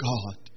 God